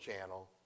Channel